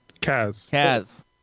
Kaz